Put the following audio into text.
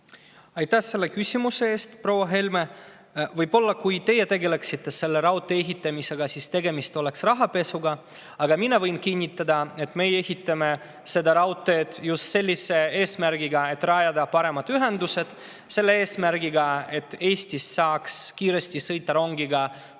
Aitäh selle küsimuse eest, proua Helme! Kui teie tegeleksite selle raudtee ehitamisega, siis tegemist oleks võib-olla rahapesuga, aga mina võin kinnitada, et meie ehitame seda raudteed just selle eesmärgiga, et rajada paremad ühendused, selle eesmärgiga, et Eestist saaks sõita kiiresti rongiga